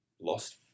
lost